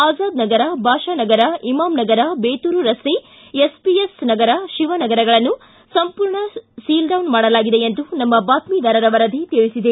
ಅಜಾದ್ ನಗರ ಬಾಷಾ ನಗರ ಇಮಾಂ ನಗರ ಬೇತೂರು ರಸ್ತೆ S P S Nagar ಶಿವನಗರಗಳನ್ನು ಸಂಪೂರ್ಣ ಸೀಲ್ಡೌನ್ ಮಾಡಲಾಗಿದೆ ಎಂದು ನಮ್ಮ ಬಾತ್ಮಿದಾರರ ವರದಿ ತಿಳಿಸಿದೆ